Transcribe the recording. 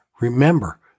Remember